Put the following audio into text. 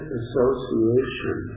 association